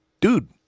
dude